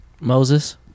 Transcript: Moses